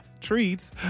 treats